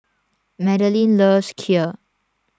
Madaline loves Kheer